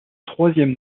troisième